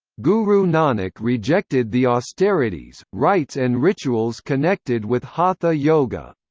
guru nanak rejected the austerities, rites and rituals connected with hatha yoga.